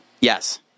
Yes